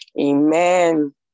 Amen